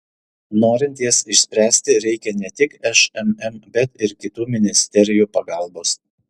norint jas išspręsti reikia ne tik šmm bet ir kitų ministerijų pagalbos